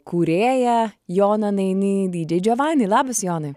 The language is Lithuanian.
kūrėją joną nainį didžei džovani labas jonai